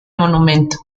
monumento